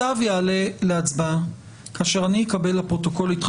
הצו יעלה להצבעה כאשר אני אקבל לפרוטוקול התחייבות,